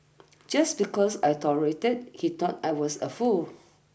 just because I tolerated he thought I was a fool